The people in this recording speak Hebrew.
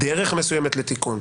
בדרך מסוימת לתיקון,